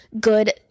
good